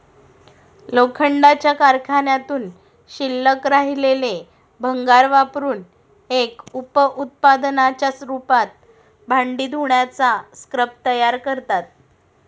लोखंडाच्या कारखान्यातून शिल्लक राहिलेले भंगार वापरुन एक उप उत्पादनाच्या रूपात भांडी धुण्याचे स्क्रब तयार करतात